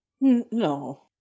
No